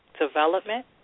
Development